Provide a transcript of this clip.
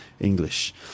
English